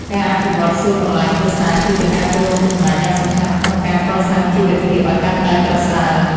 ការអភិវឌ្ឍសួនបន្លែគ្រួសារ គឺជាការចូលរួមចំណែកយ៉ាងសំខាន់ក្នុងការកសាងជីវភាពឱ្យកាន់តែប្រសើរ។